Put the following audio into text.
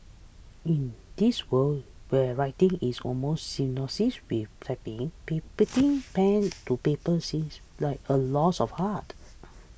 in this world where writing is almost synonymous with typing be putting pen to paper seems like a lost of art